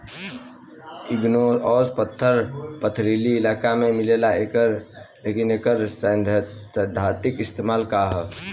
Igneous पत्थर पथरीली इलाका में मिलेला लेकिन एकर सैद्धांतिक इस्तेमाल का ह?